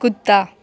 कुत्ता